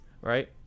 right